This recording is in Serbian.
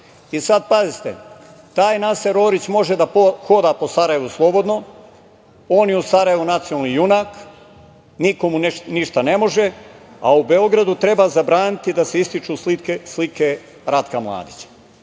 Sada, pazite, taj Naser Orić može da hoda po Sarajevu slobodno, on je u Sarajevu nacionalni junak, niko mu ništa ne može, a u Beogradu treba zabraniti da se ističu slike Ratka Mladića. Naravno,